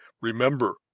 Remember